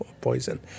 poison